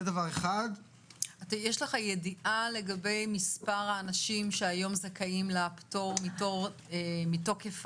יש לך ידיעה לגבי מספר האנשים שהיום זכאים לפטור מתור מתוקף